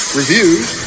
reviews